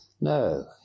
No